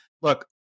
Look